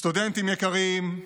סטודנטים יקרים,